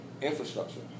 infrastructure